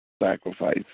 sacrifice